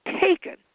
taken